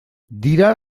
dira